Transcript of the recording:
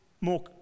more